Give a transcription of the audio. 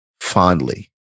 fondly